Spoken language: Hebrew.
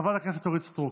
חברת הכנסת אורית סטרוק,